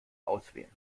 auswählen